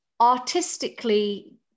artistically